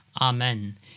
Amen